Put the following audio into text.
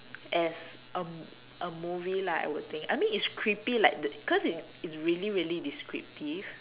as a a movie lah I would think I mean it's creepy like the cause it's it's really really descriptive